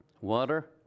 Water